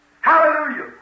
Hallelujah